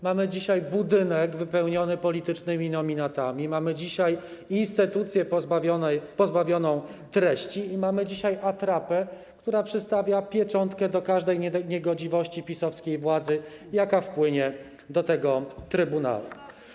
Mamy dzisiaj budynek wypełniony politycznymi nominatami, mamy dzisiaj instytucję pozbawioną treści i mamy dzisiaj atrapę, która przystawia pieczątkę do każdej niegodziwości PiS-owskiej władzy, jaka wpłynie do tego trybunału.